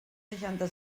seixanta